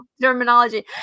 terminology